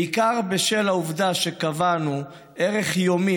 בעיקר בשל העובדה שקבענו ערך יומי,